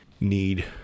need